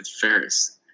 Ferris